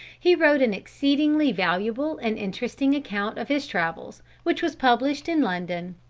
he wrote an exceedingly valuable and interesting account of his travels which was published in london.